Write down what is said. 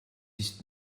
ist